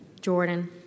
Jordan